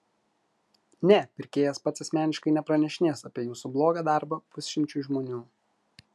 ne pirkėjas pats asmeniškai nepranešinės apie jūsų blogą darbą pusšimčiui žmonių